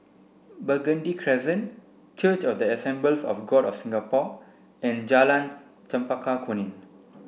Burgundy Crescent Church of the Assemblies of God of Singapore and Jalan Chempaka Kuning